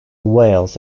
wales